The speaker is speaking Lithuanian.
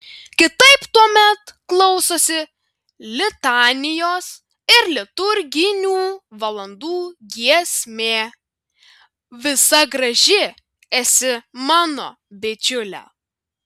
kitaip tuomet klausosi litanijos ir liturginių valandų giesmė visa graži esi mano bičiule